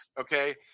okay